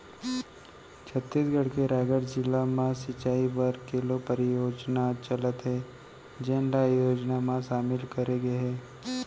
छत्तीसगढ़ के रायगढ़ जिला म सिंचई बर केलो परियोजना चलत हे जेन ल ए योजना म सामिल करे गे हे